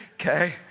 okay